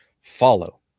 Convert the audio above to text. follow